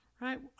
right